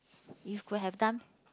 if could have done